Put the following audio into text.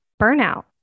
burnout